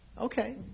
Okay